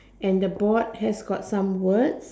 and the board has got some words